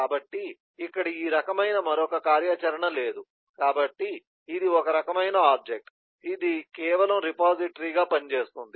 కాబట్టి ఇక్కడ ఈ రకమైన మరొక కార్యాచరణ లేదు కాబట్టి ఇది ఒక రకమైన ఆబ్జెక్ట్ ఇది కేవలం రిపోజిటరీగా పనిచేస్తుంది